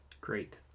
Great